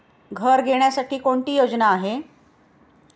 घर घेण्यासाठी कोणती योजना आहे?